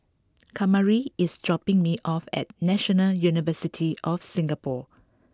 Kamari is dropping me off at National University of Singapore